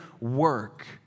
work